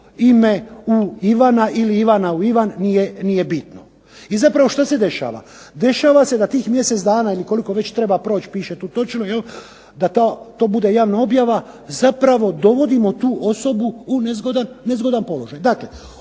ime u Ivana ili Ivana u Ivan nije bitno. I zapravo što se dešava? Dešava se da tih mjesec dana ili koliko već treba proći, piše tu točno da to bude javna objava, zapravo dovodimo tu osobu u nezgodan položaj.